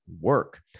work